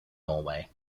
norway